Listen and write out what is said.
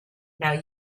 now